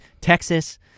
texas